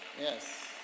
Yes